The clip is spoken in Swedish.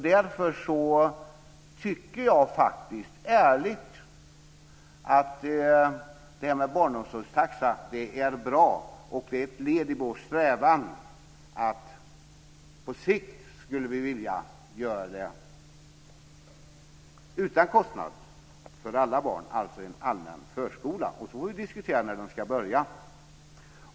Därför tycker jag ärligt att det här med barnomsorgstaxan är bra. Det är ett led i vår strävan att på sikt göra detta utan kostnad för alla barn, dvs. en allmän förskola. Sedan får vi diskutera när den ska börja.